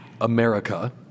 America